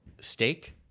steak